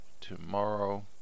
tomorrow